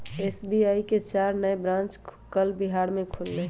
SBI के चार नए ब्रांच कल बिहार में खुलय